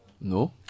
No